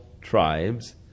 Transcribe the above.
tribes